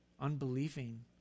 Unbelieving